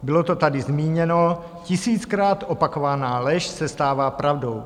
Bylo to tady zmíněno, tisíckrát opakovaná lež se stává pravdou.